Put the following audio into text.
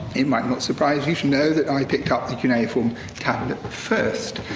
it might not surprise you to know that i picked up the cuneiform tablet first.